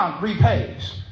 repays